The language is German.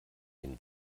den